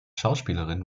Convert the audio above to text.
schauspielerin